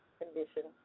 condition